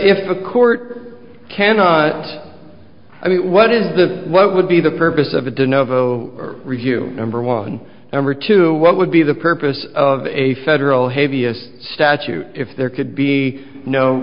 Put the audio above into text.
if a court cannot i mean what is the what would be the purpose of a do novo review number one number two what would be the purpose of a federal habeas statute if there could be no